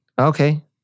Okay